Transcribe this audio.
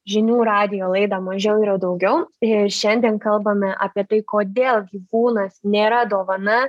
žinių radijo laidą mažiau yra daugiau ir šiandien kalbame apie tai kodėl gyvūnas nėra dovana